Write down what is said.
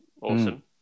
awesome